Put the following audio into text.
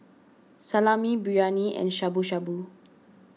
Salami Biryani and Shabu Shabu